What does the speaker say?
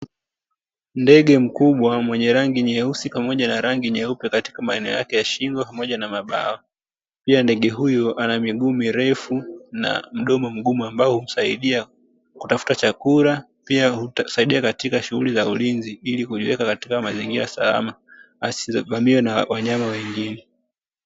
Ndege mkubwa mwenye rangi nyeusi pamoja na rangi nyeupe katika maeneo yake ya shingo pamoja na mabawa pia ndege huyo ana miguu mirefu na mdomo mgumu ambao humsaidia kutafuta chakula, pia husaidia katika shughuli za ulinzi ilikujiweka katika mazingira salama asivamiwe na wanyama wengine.